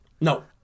No